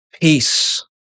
peace